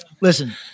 listen